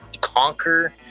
conquer